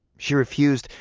she refused,